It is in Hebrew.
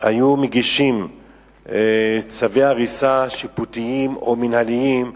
היו מגישים צווי הריסה שיפוטיים או מינהלתיים,